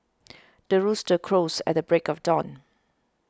the rooster crows at the break of dawn